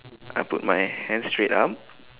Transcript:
I put my hands straight up